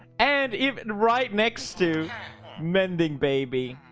and even right next to mending, baby